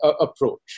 approach